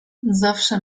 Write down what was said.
zawsze